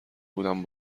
بودم